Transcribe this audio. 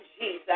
Jesus